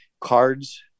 cards